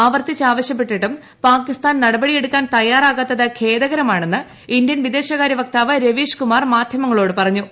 ആവർത്തിച്ച് ആവശ്യപ്പെട്ടിട്ടും പാക്കിസ്ഥാൻ നടപടിയെടുക്കാൻ തയ്യാറാകാത്തത് ഖേദകരമാണെന്ന് ഇന്ത്യൻ വിദേശകാര്യ വക്താവ് രവീഷ്കുമാർ മാധ്യമങ്ങളോട് പറഞ്ഞു